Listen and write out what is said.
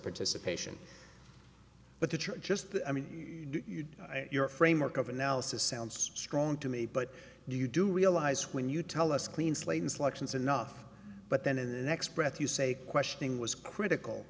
participation but that you're just i mean your framework of analysis sounds strong to me but do you do realize when you tell us a clean slate and selections enough but then in the next breath you say questioning was critical